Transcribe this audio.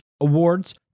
awards